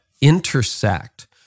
intersect